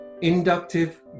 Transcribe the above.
inductive